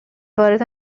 وارد